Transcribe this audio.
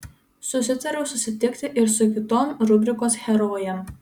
susitariau susitikti ir su kitom rubrikos herojėm